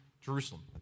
Jerusalem